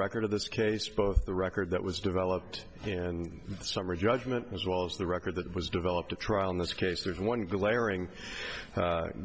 record of this case both the record that was developed in summary judgment as well as the record that was developed at trial in this case there's one glaring